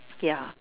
ya